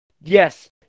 Yes